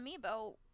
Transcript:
Amiibo